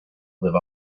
live